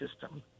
system